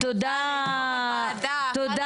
0 אושר כל ההצעות עברו בוועדה.